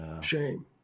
shame